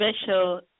special